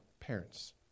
parents